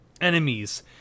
enemies